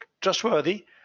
trustworthy